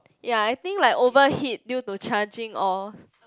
ya I think like overheat due to charging or